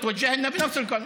פנה אלינו עם אותו החוק,)